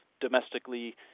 domestically